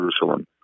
Jerusalem